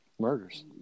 murders